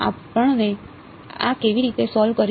આપણે આ કેવી રીતે સોલ્વ કરીશું